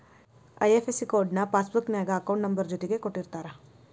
IFS code ನ passbook ನ್ಯಾಗ account number ಜೊತಿಗೆ ಕೊಟ್ಟಿರ್ತಾರ